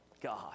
God